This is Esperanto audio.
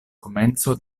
komenco